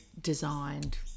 designed